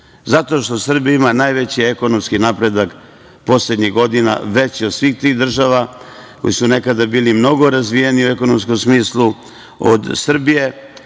Zato što Srbija ima najveći ekonomski napredak poslednjih godina, veći od svih tih država koje su nekada bile mnogo razvijenije u ekonomskom smislu od Srbije.